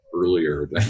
earlier